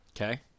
Okay